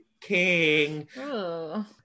king